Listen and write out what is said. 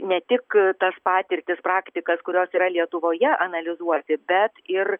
ne tik tas patirtis praktikas kurios yra lietuvoje analizuoti bet ir